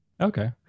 okay